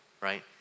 right